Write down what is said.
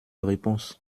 réponse